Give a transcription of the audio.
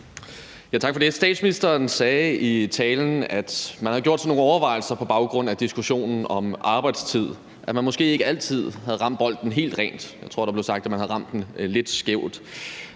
Tak for det. Statsministeren sagde i talen, at man havde gjort sig nogle overvejelser på baggrund af diskussionen om arbejdstid; at man måske ikke altid havde ramt bolden helt rent – jeg tror, der blev sagt, at man havde ramt den lidt skævt